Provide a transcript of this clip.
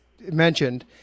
mentioned